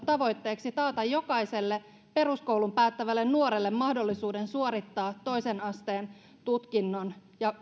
tavoitteeksi taata jokaiselle peruskoulun päättävälle nuorelle mahdollisuuden suorittaa toisen asteen tutkinto ja